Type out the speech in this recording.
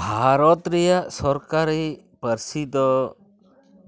ᱵᱷᱟᱨᱚᱛ ᱨᱮᱭᱟᱜ ᱥᱚᱨᱠᱟᱨᱤ ᱯᱟᱹᱨᱥᱤ ᱫᱚ